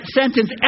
sentence